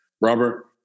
Robert